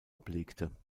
ablegte